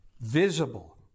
visible